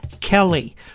kelly